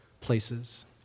places